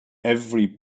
every